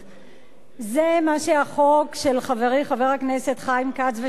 זה מה שהחוק של חברי חבר הכנסת חיים כץ ושלי מציע,